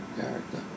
character